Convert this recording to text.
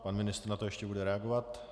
Pan ministr na to ještě bude reagovat.